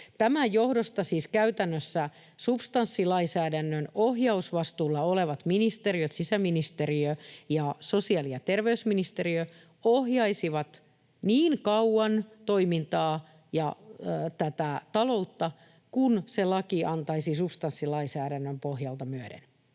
Tämän johdosta siis käytännössä substanssilainsäädännön ohjausvastuulla olevat ministeriöt, sisäministeriö ja sosiaali‑ ja terveysministeriö, ohjaisivat toimintaa ja taloutta niin kauan kuin se laki antaisi substanssilainsäädännön pohjalta myöden.